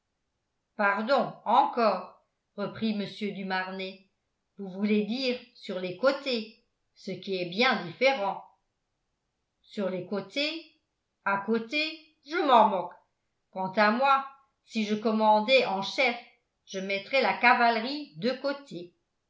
pardon encore reprit mr du marnet vous voulez dire sur les côtés ce qui est bien différent sur les côtés à côté je m'en moque quant à moi si je commandais en chef je mettrais la cavalerie de côté